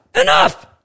enough